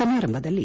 ಸಮಾರಂಭದಲ್ಲಿ